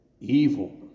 evil